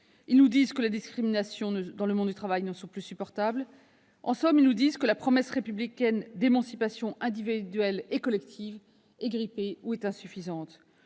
Ils nous disent que les discriminations dans le monde du travail ne sont plus supportables. En somme, ils nous disent que la promesse républicaine d'émancipation individuelle et collective est grippée ou insuffisante.